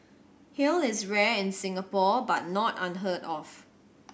hail is rare in Singapore but not unheard of